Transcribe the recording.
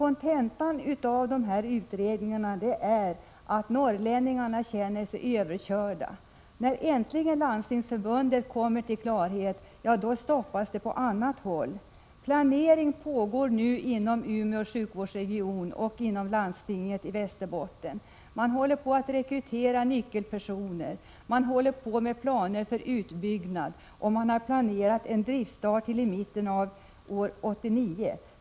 Kontentan av utredningarna är att norrlänningarna känner sig överkörda. När Landstingsförbundet äntligen kommer till klarhet, ja, då stoppas arbetet på annat håll. Planering pågår nu inom Umeå sjukvårdsregion och inom Västerbottens läns landsting. Man håller på att rekrytera nyckelpersoner, och man arbetar med planer för en utbyggnad. Man har planerat driftstart till mitten av år 1989.